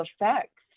effects